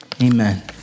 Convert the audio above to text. amen